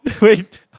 wait